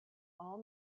all